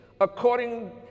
according